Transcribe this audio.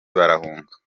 barahunga